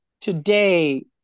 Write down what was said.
today